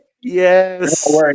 Yes